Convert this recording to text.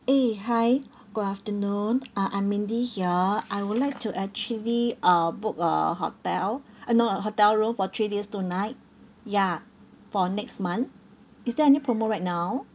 eh hi good afternoon uh I'm mindy here I would like to actually uh book a hotel uh no ah hotel room for three days two night ya for next month is there any promo right now